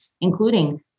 including